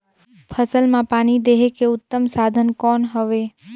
फसल मां पानी देहे के उत्तम साधन कौन हवे?